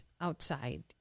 outside